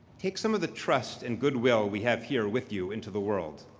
take some of the trust and goodwill we have here with you into the world.